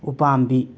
ꯎꯄꯥꯝꯕꯤ